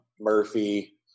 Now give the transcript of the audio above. Murphy